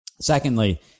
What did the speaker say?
Secondly